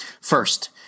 First